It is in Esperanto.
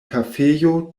kafejo